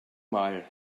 mal